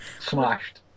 smashed